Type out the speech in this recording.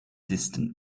distant